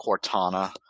Cortana